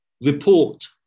report